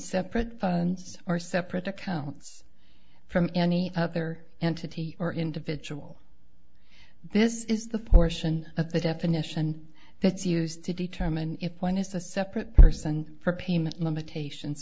separate funds or separate accounts from any other entity or individual this is the portion of the definition that's used to determine if one is a separate person for payment limitations